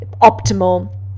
optimal